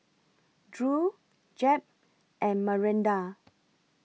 Drew Jep and Maranda